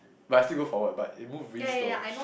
but I still go forward but it moves really slow